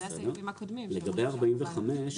לגבי סעיף 45,